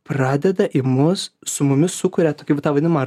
pradeda į mus su mumis sukuria tokį vat tą vadinamą